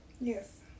Yes